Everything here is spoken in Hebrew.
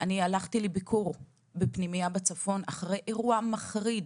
הלכתי לביקור בפנימייה בצפון, אחרי אירוע מחריד